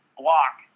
block